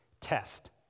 test